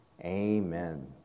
amen